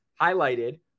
highlighted